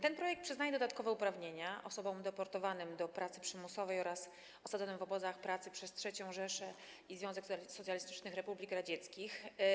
Ten projekt przyznaje dodatkowe uprawnienia osobom deportowanym do pracy przymusowej oraz osadzonym w obozach pracy przez III Rzeszę i Związek Socjalistycznych Republik Radzieckich.